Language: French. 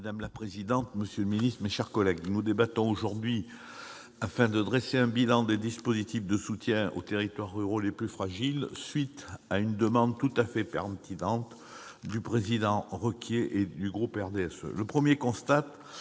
Madame la présidente, monsieur le ministre, mes chers collègues, nous débattons aujourd'hui, afin de dresser un bilan des dispositifs de soutien aux territoires ruraux les plus fragiles, à la suite d'une demande tout à fait pertinente du groupe du RDSE.